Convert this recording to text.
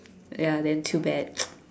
ya then too bad